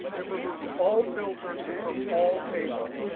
it removes all filters from all tables.